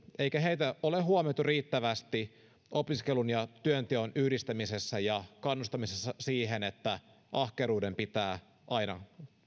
eikä heitä ole huomioitu riittävästi opiskelun ja työnteon yhdistämisessä ja kannustamisessa siihen että ahkeruuden pitää aina